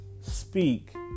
speak